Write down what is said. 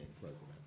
president